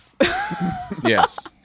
Yes